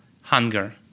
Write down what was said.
hunger